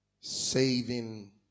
Saving